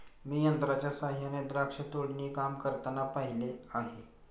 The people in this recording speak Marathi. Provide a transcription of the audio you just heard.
मी यंत्रांच्या सहाय्याने द्राक्ष तोडणी काम करताना पाहिले आहे